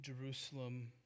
Jerusalem